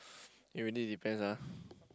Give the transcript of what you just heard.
it really depends ah